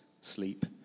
Sleep